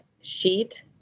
sheet